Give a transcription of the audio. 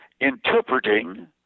interpreting